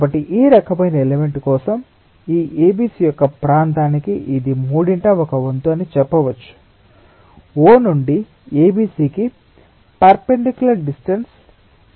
కాబట్టి ఈ రకమైన ఎలిమెంట్ కోసం ఈ ABC యొక్క ప్రాంతానికి ఇది మూడింట ఒక వంతు అని చెప్పవచ్చు O నుండి ABC కి పెర్ఫెన్దికులర్ డిస్టెన్స్